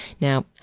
Now